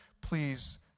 please